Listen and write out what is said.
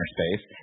Space